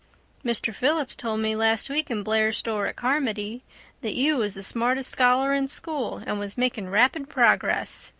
mr. phillips told me last week in blair's store at carmody that you was the smartest scholar in school and was making rapid progress.